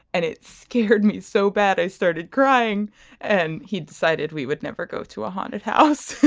and it scared me so bad i started crying and he decided we would never go to a haunted house